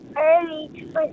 early